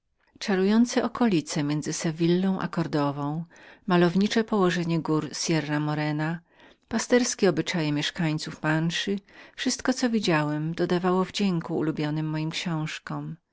czarujące okolice między sewillą a kordową malownicze położenia gór sierra moreny pasterskie obyczaje mauszegów wszystko co widziałem dodawało wdzięku ulubionym moim książkom